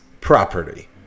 property